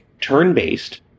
turn-based